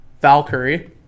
Valkyrie